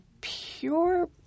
pure